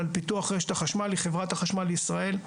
על פיתוח רשת החשמל היא חברת החשמל לישראל.